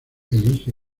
elige